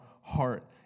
heart